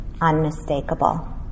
unmistakable